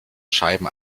scheiben